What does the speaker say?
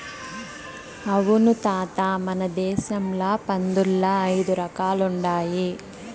అవును తాత మన దేశంల పందుల్ల ఐదు రకాలుండాయి